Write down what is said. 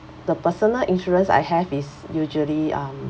the personal insurance I have is usually um